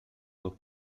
dos